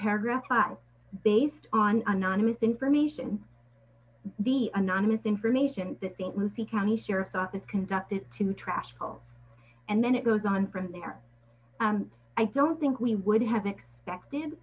paragraph was based on anonymous information the anonymous information that st lucie county sheriff's office conducted to trash paul and then it goes on from there and i don't think we would have expected